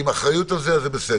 עם אחריות על זה, אז זה בסדר.